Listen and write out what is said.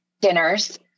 dinners